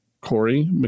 Corey